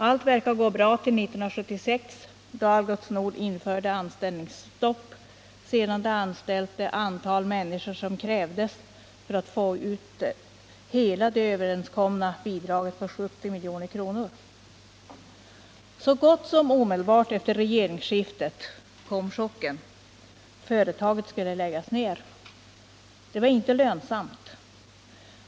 Allt verkade gå bra till 1976, då Algots Nord införde anställningsstopp sedan företaget anställt det antal människor som krävdes för att få ut hela det överenskomna bidraget på 70 milj.kr. Så gott som omedelbart efter regeringsskiftet kom chocken: Företaget skulle läggas ner! Det var inte lönsamt.